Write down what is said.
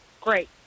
great